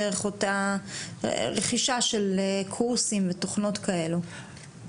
דרך אותה רכישה של קורסים ותוכנות כאלו?